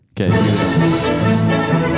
Okay